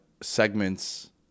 segments